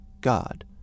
God